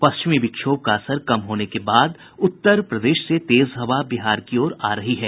पश्चिमी विक्षोभ का असर कम होने के बाद उत्तर प्रदेश से तेज हवा बिहार की ओर आ रही है